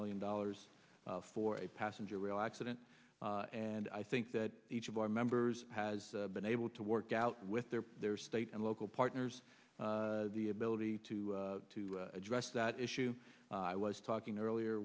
million dollars for a passenger rail accident and i think that each of our members has been able to work out with their their state and local partners the ability to to address that issue i was talking earlier